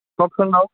কওকচোন বাৰু